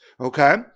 okay